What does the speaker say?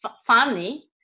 funny